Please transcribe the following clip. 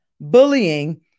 Bullying